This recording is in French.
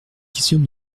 question